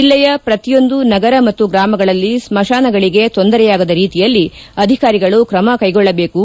ಜಿಲ್ಲೆಯ ಪ್ರತಿಯೊಂದು ನಗರ ಮತ್ತು ಗ್ರಾಮಗಳಲ್ಲಿ ಸ್ತಾನಗಳಿಗೆ ತೊಂದರೆಯಾಗದ ರೀತಿಯಲ್ಲಿ ಅಧಿಕಾರಿಗಳು ಕ್ರಮ ಕೈಗೊಳ್ಳಬೇಕು